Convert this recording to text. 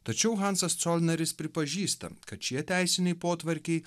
tačiau hansas colneris pripažįsta kad šie teisiniai potvarkiai